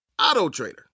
AutoTrader